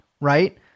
right